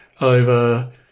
over